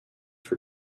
for